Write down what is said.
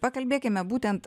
pakalbėkime būtent